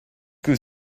que